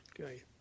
Okay